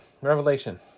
Revelation